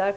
Även